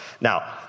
Now